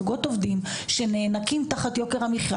זוגות עובדים שנאנקים תחת יוקר המחיה